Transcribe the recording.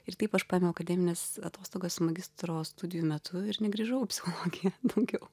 ir taip aš paėmiau akademines atostogas magistro studijų metu ir negrįžau į psichologiją daugiau